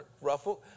ruffled